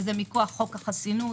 וזה מכוח חוק החסינות,